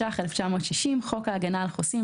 התש"ך-1960 ; (ה)חוק ההגנה על חוסים,